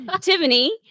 Tiffany